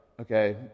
okay